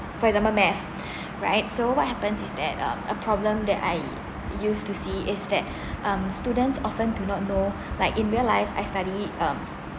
for example math right so what happen is that um a problem that I use to see is that um students often do not know like in real life I study um